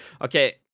Okay